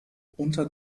unter